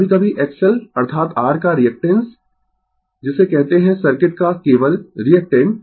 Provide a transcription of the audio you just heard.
कभी कभी X L अर्थात r का रीएक्टेन्स जिसे कहते है सर्किट का केवल रीएक्टेन्ट